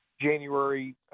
January